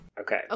Okay